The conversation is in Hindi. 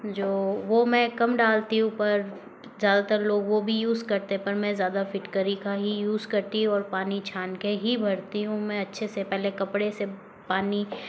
जो वह मैं कम डालती हूँ पर ज़्यादातर लोग वह भी यूज़ करते हैं पर मैं ज़्यादा फिटकरी का ही यूज़ करती और पानी छान के ही भरती हूँ मैं अच्छे से पहले कपड़े से पानी